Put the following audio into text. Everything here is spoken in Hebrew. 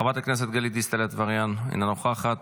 חברת הכנסת גלית דיסטל אטבריאן, אינה נוכחת,